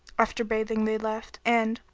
after bathing they left and,